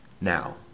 Now